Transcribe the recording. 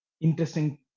interesting